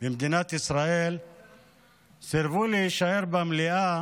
במדינת ישראל סירבו להישאר במליאה